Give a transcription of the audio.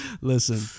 listen